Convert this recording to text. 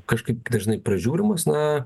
kažkaip dažnai pražiūrimas na